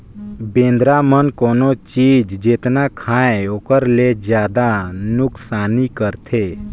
बेंदरा मन कोनो चीज जेतना खायें ओखर ले जादा नुकसानी करथे